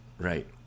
right